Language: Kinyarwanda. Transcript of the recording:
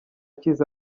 cyiza